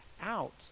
out